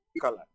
color